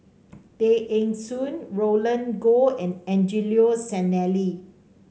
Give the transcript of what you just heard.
Tay Eng Soon Roland Goh and Angelo Sanelli